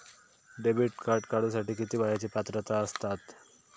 Debit card काढूसाठी किती वयाची पात्रता असतात?